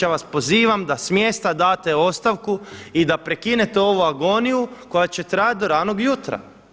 Ja vas pozivate da smjesta date ostavku i da prekinete ovu agoniju koja će trajati do ranog jutra.